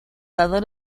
dado